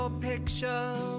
picture